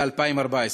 ב-2014.